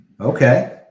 Okay